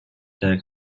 their